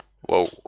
Whoa